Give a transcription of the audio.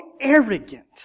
arrogant